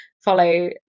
follow